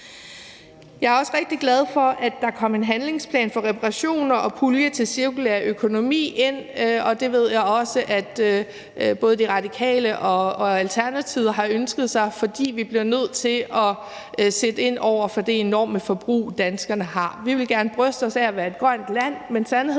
Jeg er også rigtig glad for, at der er kommet en handlingsplan for reparationer og en pulje til cirkulær økonomi ind. Det ved jeg også at både De Radikale og Alternativet har ønsket sig, fordi vi bliver nødt til at sætte ind over for det enorme forbrug, danskerne har. Vi vil gerne bryste os af at være et grønt land, men sandheden er jo, at